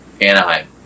Anaheim